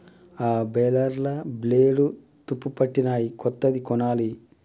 ఆ బేలర్ల బ్లేడ్లు తుప్పుపట్టినయ్, కొత్తది కొనాలి